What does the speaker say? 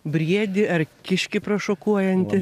briedį ar kiškį prašokuojantį